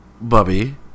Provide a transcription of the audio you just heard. Bubby